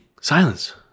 silence